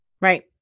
right